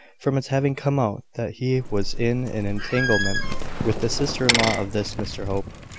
from its having come out that he was in an entanglement with the sister-in-law of this mr hope,